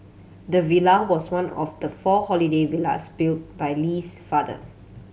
the villa was one of the four holiday villas built by Lee's father